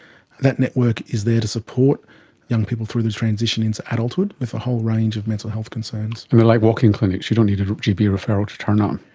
that network is there to support young people through their transition into adulthood with a whole range of mental health concerns. and they are like walk-in clinics, you don't need a gp referral to turn um